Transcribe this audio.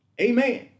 Amen